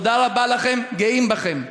תודה רבה לכם, גאים בכם.